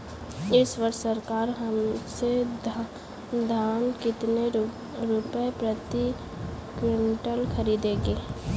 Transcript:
इस वर्ष सरकार हमसे धान कितने रुपए प्रति क्विंटल खरीदेगी?